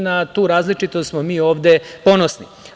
Na tu različitost smo mi ovde ponosni.